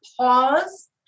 pause